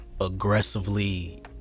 aggressively